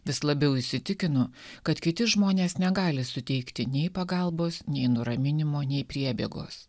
vis labiau įsitikinu kad kiti žmonės negali suteikti nei pagalbos nei nuraminimo nei priebėgos